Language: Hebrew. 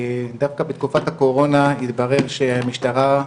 דווקא בתקופת הקורונה, התברר שהמשטרה,